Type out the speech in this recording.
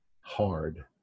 hard